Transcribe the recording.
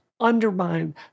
Undermine